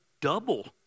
double